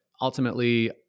ultimately